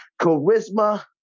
Charisma